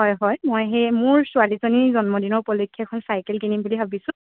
হয় হয় মই সেই মোৰ ছোৱালীজনীৰ জন্মদিনৰ উপলক্ষে এখন চাইকেল কিনিম বুলি ভাবিছোঁ